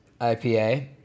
IPA